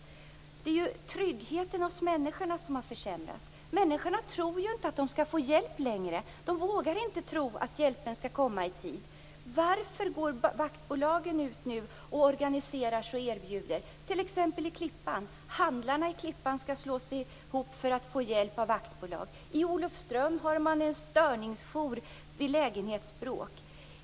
Det är människornas trygghet som har försämrats. Människorna tror ju inte att de skall få hjälp längre. De vågar inte tro att hjälpen skall komma i tid. Varför går vaktbolagen nu ut och organiserar sig och erbjuder sina tjänster? I t.ex. Klippan skall handlarna slå sig ihop för att få hjälp av vaktbolag. I Olofström har man en störningsjour vid lägenhetsbråk.